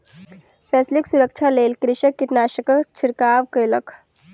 फसिलक सुरक्षाक लेल कृषक कीटनाशकक छिड़काव कयलक